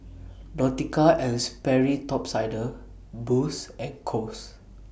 Nautica and Sperry Top Sider Boost and Kose